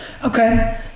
Okay